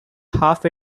half